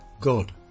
God